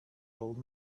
old